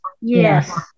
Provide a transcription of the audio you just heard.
Yes